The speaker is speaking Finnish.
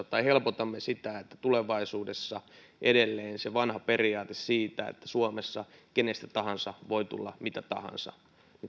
tai helpotamme sitä että tulevaisuudessa edelleen se vanha periaate siitä että suomessa kenestä tahansa voi tulla mitä tahansa